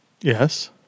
Yes